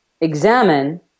Examine